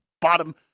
Bottom